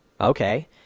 Okay